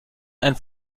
ein